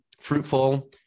fruitful